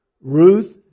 Ruth